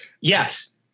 Yes